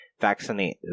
Vaccinate